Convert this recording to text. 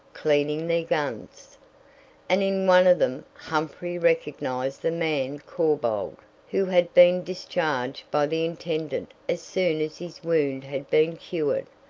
cleaning their guns and in one of them humphrey recognized the man corbould, who had been discharged by the intendant as soon as his wound had been cured,